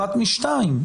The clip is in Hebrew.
אחת משתיים,